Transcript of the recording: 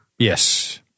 Yes